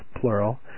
plural